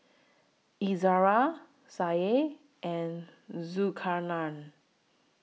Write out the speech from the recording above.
Izara Syah and Zulkarnain